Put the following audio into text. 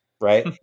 right